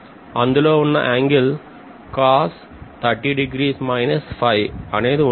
అందులో ఉన్న angle అనేది ఉంటుంది